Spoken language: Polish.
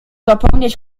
zapomnieć